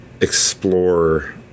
explore